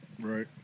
Right